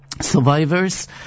survivors